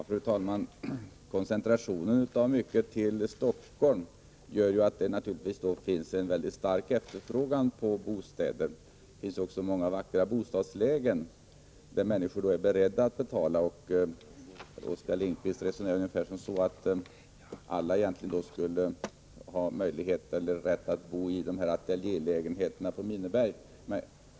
Fru talman! Koncentrationen till Stockholm gör att det där naturligtvis finns en mycket stor efterfrågan på bostäder. Där finns också många vackra bostadslägen, för vilka människor är beredda att betala. Oskar Lindkvist resonerade ungefär så, att alla egentligen skulle ha möjlighet och rätt att bo i ateljélägenheterna i Minneberg.